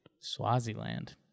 Swaziland